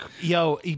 yo